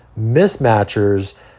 mismatchers